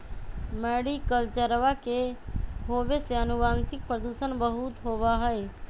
मैरीकल्चरवा के होवे से आनुवंशिक प्रदूषण बहुत होबा हई